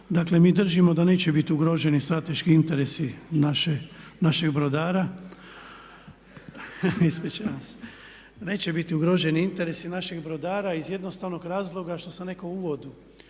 Dakle, mi držimo da neće biti ugroženi strateški interesi naših brodara. Neće biti ugroženi interesi naših brodara iz jednostavnog razloga što sam rekao u uvodu.